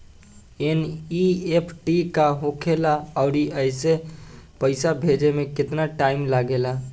NEFT का होखे ला आउर एसे पैसा भेजे मे केतना टाइम लागेला?